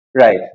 Right